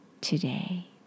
today